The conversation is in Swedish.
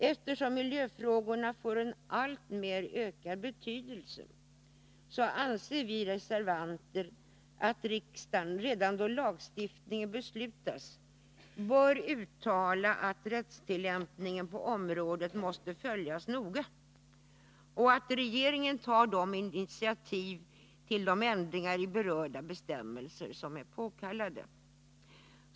Eftersom miljöfrågorna får en alltmer ökad betydelse, anser vi reservanter att riksdagen redan då lagstiftningen beslutas bör uttala att rättstillämpningen på området måste följas noga och att regeringen bör ta initiativ till de ändringar i berörda bestämmelser som är påkallade.